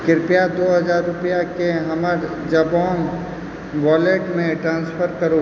कृप्या दो हजार रूपैआकेँ हमर जबौंग वॉलेट मे ट्रांसफर करू